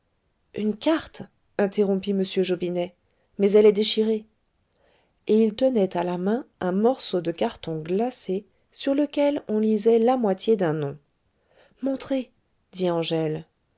une carte interrompit m jobinet mais elle est déchirée et il tenait à la main un morceau de carton glacé sur lequel on lisait la moitié d'un nom montrez dit angèle